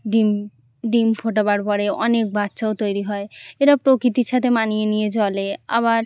ডিম ডিম ফোটাবার পরে অনেক বাচ্চাও তৈরি হয় এরা প্রকৃতির সাথে মানিয়ে নিয়ে চলে আবার